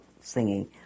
singing